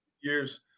years